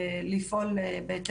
לפעול בהתאם.